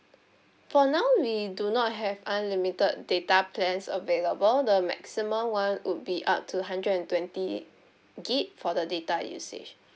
for now we do not have unlimited data plans available the maximum one would be up to hundred and twenty gig for the data usage